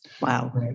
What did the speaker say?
Wow